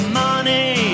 money